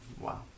wow